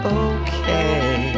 okay